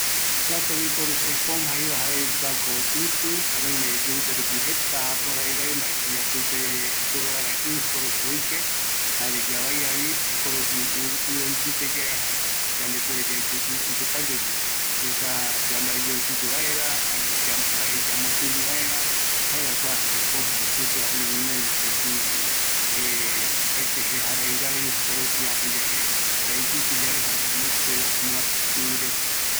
﻿Kua tembiporu espon jeiva jae kuako ipiu jare oimevi iyivite rupi jeta aporairai mbaeko yaesupe ipuere vaera i jokoropi oike, jare yavaiavi jokoropi i oipiteyae, jaema yandepuere yai i oipetaguegui yaesa yambaeyoe pipe vaera, ani ya mbae ñamotini pipe vaera jaera kua esponja jei supeva, ome guinoi mopeti opaete jejarairai jokoropi apoyave yaipisiyave aramoete omoata ireta